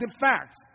facts